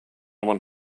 want